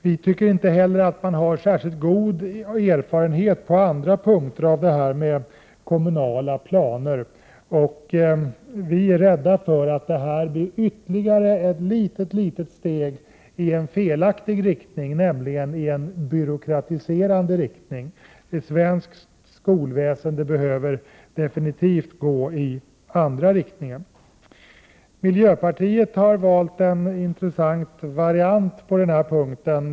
Vi tycker inte heller att man har särskilt god erfarenhet på andra punkter av kommunala planer. Vi är rädda för att det här blir ytterligare ett litet steg i felaktig riktning, nämligen i en byråkratiserande riktning. Svenskt skolväsende behöver definitivt gå i andra riktningen. Miljöpartiet har valt en intressant variant på den här punkten.